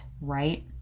right